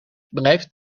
blijft